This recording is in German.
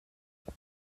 hört